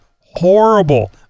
horrible